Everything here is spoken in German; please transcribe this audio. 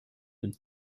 bin